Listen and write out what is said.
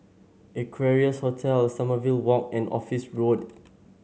Equarius Hotel Sommerville Walk and Office Road